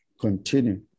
continue